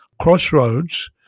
crossroads